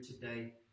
today